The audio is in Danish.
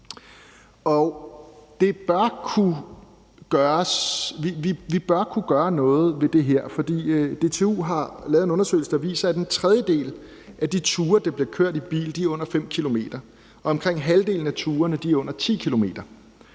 Vi bør kunne gøre noget ved det her, for DTU har lavet en undersøgelse, der viser, at en tredjedel af de ture, der bliver kørt i bil, er på under 5 km, og omkring halvdelen af turene er på under 10 km. Det er